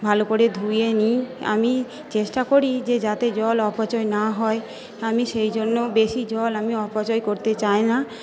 ভালো করে ধুয়ে নি আমি চেষ্টা করি যে যাতে জল অপচয় না হয় আমি সেই জন্য বেশি জল আমি অপচয় করতে চাই না